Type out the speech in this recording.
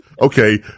Okay